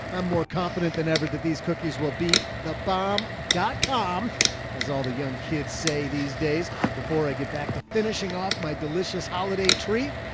i'm more confident than ever that these cookies will be. the bomb dot com has all the young kids say these days. before i get back to finishing off my delicious holiday treat,